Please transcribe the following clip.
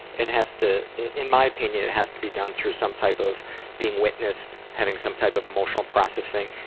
it has to in my opinion, it has to be done through some type of being witnessed, having some type of emotional processing,